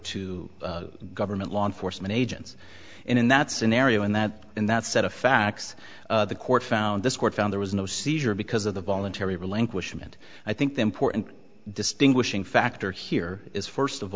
to government law enforcement agents in that scenario and that in that set of facts the court found this court found there was no seizure because of the voluntary relinquishment i think the important distinguishing factor here is first of